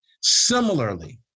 Similarly